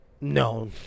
No